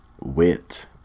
wit